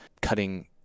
cutting